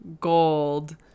gold